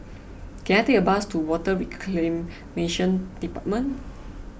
can I take a bus to Water Reclamation Department